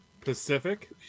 Pacific